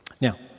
Now